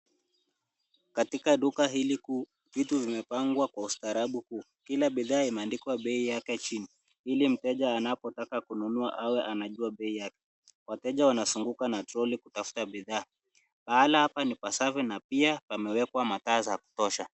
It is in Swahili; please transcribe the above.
Katika duka hili kuu vitu vimepangwa kwa ustarabu kuu. Kila bidhaa imeandikwa bei yake chini ili mteja anapotaka kununua awe anajua bei yake. Wateja wanazunguka na trolley kutafuta bidhaa. Pahala hapa ni pasafi na pia pamewekwa mataa za kutosha.